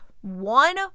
one